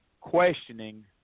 questioning